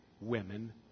women